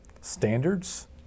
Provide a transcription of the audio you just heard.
standards